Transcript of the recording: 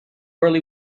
early